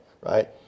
right